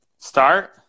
Start